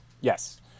yes